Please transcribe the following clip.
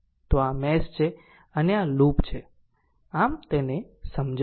તો આ મેશ છે અને આ લૂપ છે આમ તેને સમજાવું